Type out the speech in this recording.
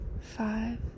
Five